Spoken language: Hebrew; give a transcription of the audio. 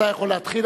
אתה יכול להתחיל.